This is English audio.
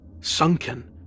Sunken